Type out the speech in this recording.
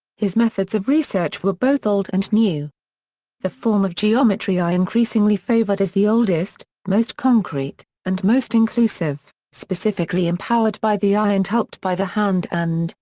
his methods of research were both old and new the form of geometry i increasingly favored is the oldest, most concrete, and most inclusive, specifically empowered by the eye and helped by the hand and,